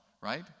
right